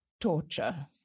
torture